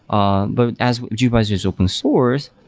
um but as gvisor is open source,